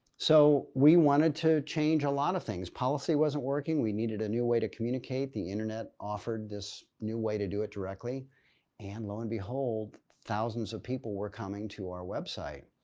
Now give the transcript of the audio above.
so we wanted to change a lot of things. policy wasn't working. we needed a new way to communicate. the internet offered this new way to do it directly and lo and behold, thousands of people were coming to our website.